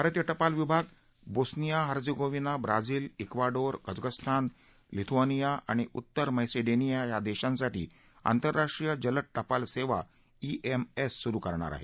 भारतीय टपाल विभाग Bosnia Herzegovina Brazil Ecuador Kazakhstan Lithuania आणि उत्तर मॅसेडोनिया या देशांसाठी ई एम एस ही आंतरराष्ट्रीय जलद टपाल सेवा सुरु करणार आहे